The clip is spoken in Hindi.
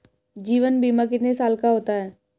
जीवन बीमा कितने साल का होता है?